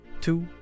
two